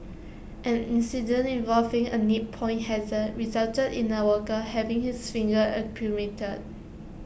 an incident involving A nip point hazard resulted in A worker having his fingers amputated